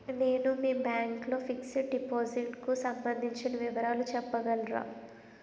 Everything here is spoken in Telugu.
నేను మీ బ్యాంక్ లో ఫిక్సడ్ డెపోసిట్ కు సంబందించిన వివరాలు చెప్పగలరా?